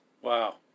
Wow